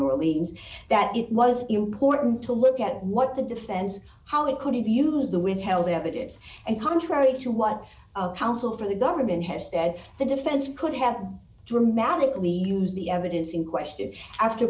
orleans that it was important to look at what the defense how it could have used the wind held the evidence and contrary to what counsel for the government has said the defense could have dramatically used the evidence in question after